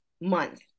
month